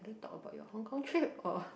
talk about your Hong-Kong trip or